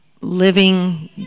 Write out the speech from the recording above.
living